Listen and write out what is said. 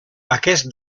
aquest